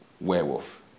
Werewolf